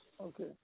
Okay